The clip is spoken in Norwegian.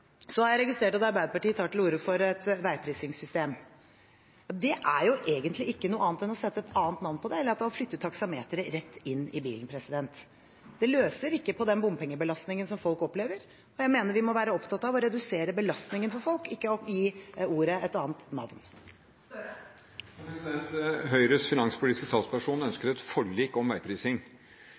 har registrert at Arbeiderpartiet tar til orde for et veiprisingssystem. Det er egentlig ikke noe annet enn å sette et annet navn på det eller å flytte taksameteret rett inn i bilen. Det løser ikke bompengebelastningen som folk opplever. Jeg mener vi må være opptatt av å redusere belastningen for folk – ikke å gi det et annet navn. Høyres finanspolitiske talsperson ønsker et forlik om veiprising.